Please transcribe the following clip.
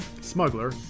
smuggler